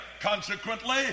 consequently